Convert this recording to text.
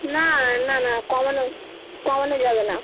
না না না কমানো কমানো যাবে না